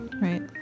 Right